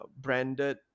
branded